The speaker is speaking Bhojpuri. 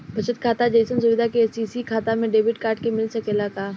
बचत खाता जइसन सुविधा के.सी.सी खाता में डेबिट कार्ड के मिल सकेला का?